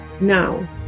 now